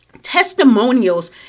testimonials